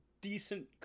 decent